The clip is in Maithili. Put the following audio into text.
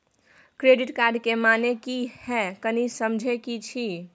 क्रेडिट कार्ड के माने की हैं, कनी समझे कि छि?